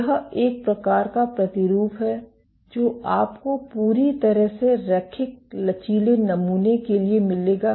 यह एक प्रकार का प्रतिरूप है जो आपको पूरी तरह से रैखिक लचीले नमूने के लिए मिलेगा